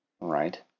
Right